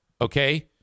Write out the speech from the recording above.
Okay